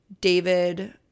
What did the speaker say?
David